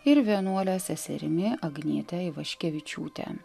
ir vienuole seserimi agniete ivaškevičiūte